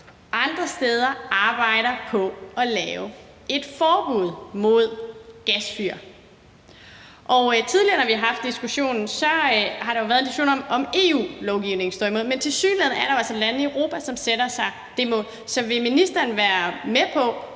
andre steder arbejder på at lave et forbud mod gasfyr. Tidligere når vi har haft diskussionen, har der jo været en diskussion om, om EU-lovgivningen står i vejen, men tilsyneladende er der altså lande i Europa, som sætter sig det mål. Så vil ministeren være med på